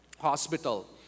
Hospital